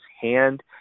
hand